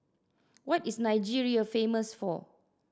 what is Nigeria famous for